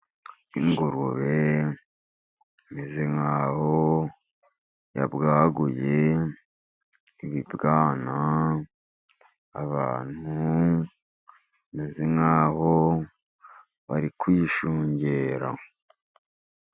Ingurube imezeze nk'aho yabwaguye ibibwana, abantu bameze nk'aho bari kuyishungera.